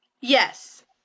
yes